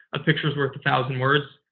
a picture is worth a thousand words.